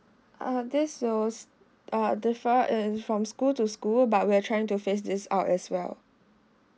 uh this scales are differ and from school to school but we're trying to face this out as well